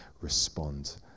respond